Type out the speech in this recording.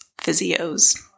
physios